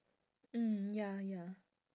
hmm ya ya